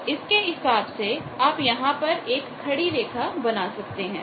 तो इसके हिसाब से आप यहां पर एक पड़ी रेखा बना सकते हैं